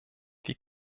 wie